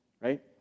Right